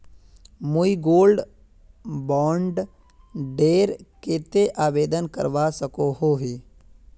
मुई gold bond डेर केते आवेदन करवा सकोहो ही?